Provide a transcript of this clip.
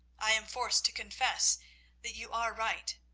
i am forced to confess that you are right,